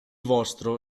vostro